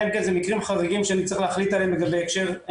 אלא אם כן זה מקרים חריגים שאני צריך להחליט עליהם לגבי --- מקומות,